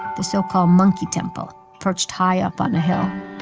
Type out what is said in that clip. the so-called monkey temple perched high up on a hill.